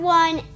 one